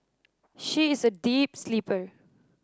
she is a deep sleeper